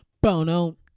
Bono